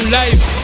life